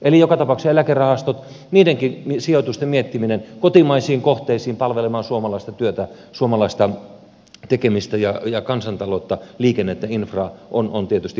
eli joka tapauksessa eläkerahastojen niidenkin sijoitusten miettiminen kotimaisiin kohteisiin palvelemaan suomalaista työtä suomalaista tekemistä kansantaloutta liikennettä infraa on tietysti paikallaan